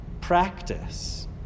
practice